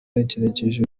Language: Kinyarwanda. agerageje